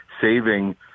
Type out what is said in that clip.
saving